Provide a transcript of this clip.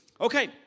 Okay